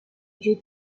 lieu